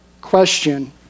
question